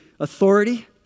Authority